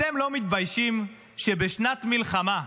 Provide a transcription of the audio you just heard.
אתם לא מתביישים שבשנת מלחמה,